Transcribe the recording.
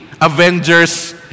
Avengers